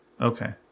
Okay